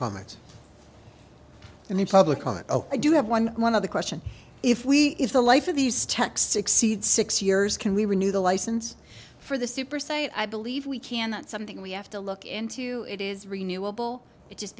the public on i do have one one of the question if we if the life of these texts exceed six years can we renew the license for the super say i believe we can that something we have to look into it is renewable it just